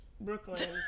Brooklyn